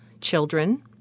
children